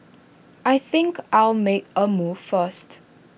I think I'll make A move first